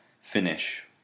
finish